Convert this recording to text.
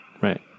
Right